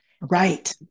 Right